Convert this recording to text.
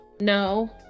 No